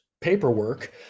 paperwork